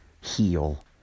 heal